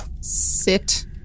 sit